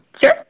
Sure